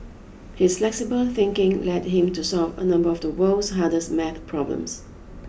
his flexible thinking led him to solve a number of the world's hardest math problems